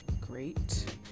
great